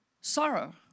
Sorrow